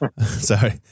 Sorry